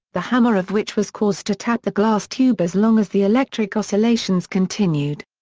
the hammer of which was caused to tap the glass tube as long as the electric oscillations continued.